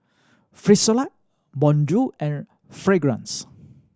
Frisolac Bonjour and Fragrance